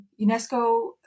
UNESCO